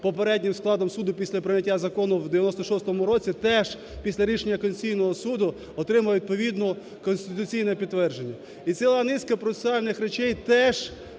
попереднім складом суду після прийняття закону у 1996 році, теж після рішення Конституційного Суду отримав відповідне конституційне підтвердження. І ціла низка процесуальних речей теж